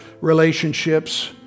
relationships